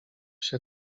się